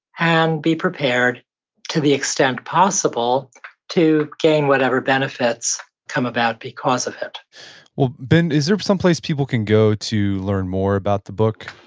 and be prepared to the extent possible to gain whatever benefits come about because of it well, ben, is there some place people can go to learn more about the book?